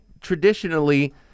traditionally